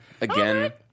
again